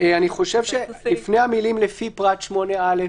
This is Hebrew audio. אני חושב שלפני המילים "לפי פרט (8א)